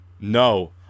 no